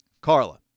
Carla